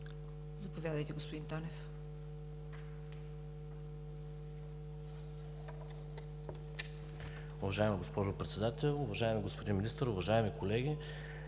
заповядайте, господин Танев.